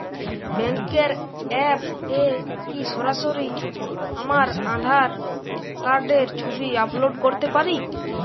ব্যাংকের অ্যাপ এ কি সরাসরি আমার আঁধার কার্ডের ছবি আপলোড করতে পারি?